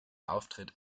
auftritt